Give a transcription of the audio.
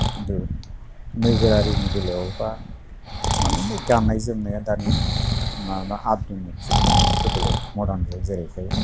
नोगोरारिनि बेलायावबा मानि बे गाननाय जोमनाया दानि माबा बदलै मरदान जुग जेरैहाय